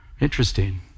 Interesting